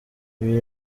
ibi